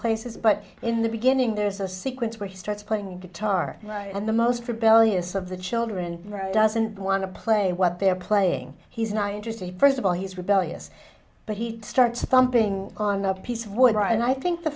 places but in the beginning there's a sequence where he starts playing the guitar and the most rebellious of the children doesn't want to play what they're playing he's not interested first of all he's rebellious but he starts thumping on a piece of wood right and i think the